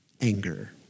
anger